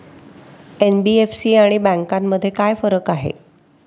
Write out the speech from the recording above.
NBFC आणि बँकांमध्ये काय फरक आहे?